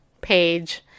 page